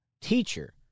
teacher